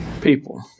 People